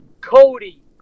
Cody